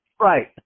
right